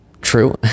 True